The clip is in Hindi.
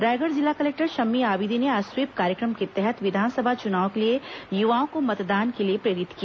रायगढ़ जिला कलेक्टर शम्मी आबिदी ने आज स्वीप कार्यक्रम के तहत विधानसभा चुनाव के लिए युवाओं को मतदान के लिए प्रेरित किया